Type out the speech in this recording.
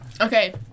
Okay